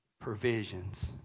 provisions